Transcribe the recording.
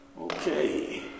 Okay